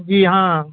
جی ہاں